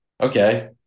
Okay